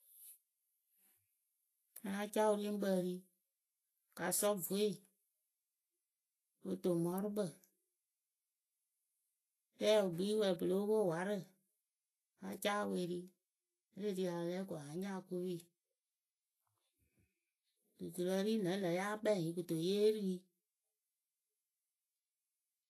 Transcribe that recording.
A láa caa wɨrieŋkpǝ e ri kɨ asɔ vwe o toŋ mɔɔrʊkpǝ rɛɛ wɨ kpii wɛ pɨ lóo pwo warǝ. a caa wɨ eri wǝ́ e le ri a la lɛ ko wǝǝ a nya okopi duturǝ ɖi lǝŋlǝ yáa kpɛŋ yɨ kɨto yee ri yɨ.